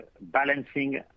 balancing